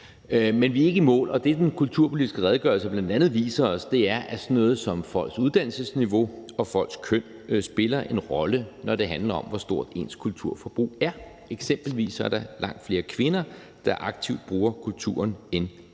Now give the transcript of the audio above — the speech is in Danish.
Vi er ikke i mål, og det, som den kulturpolitiske redegørelse bl.a. viser os, er, at sådan noget som folks uddannelsesniveau og folks køn spiller en rolle, når det handler om, hvor stort ens kulturforbrug er. Eksempelvis er der langt flere kvinder, der aktivt bruger kulturen, end mænd.